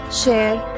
share